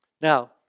Now